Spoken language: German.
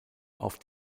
auf